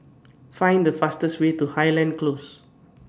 Find The fastest Way to Highland Close